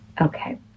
Okay